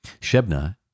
Shebna